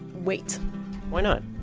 weight why not?